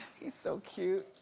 he's so cute.